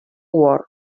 word